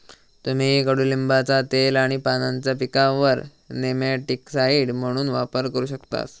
तुम्ही कडुलिंबाचा तेल आणि पानांचा पिकांवर नेमॅटिकसाइड म्हणून वापर करू शकतास